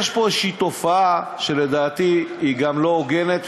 יש פה איזושהי תופעה שלדעתי היא גם לא הוגנת,